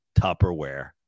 tupperware